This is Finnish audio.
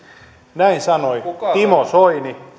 näin sanoi timo soini